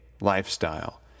lifestyle